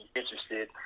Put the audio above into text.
interested